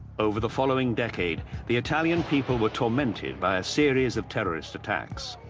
over the following decade the italian people were tormented by a series of terrorist attacks.